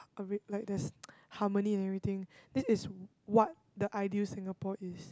a bit like there's harmony and everything this is what the ideal Singapore is